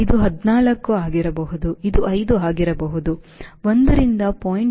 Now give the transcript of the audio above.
ಇದು 14 ಆಗಿರಬಹುದು ಇದು 5 ಆಗಿರಬಹುದು 1 ರಿಂದ 0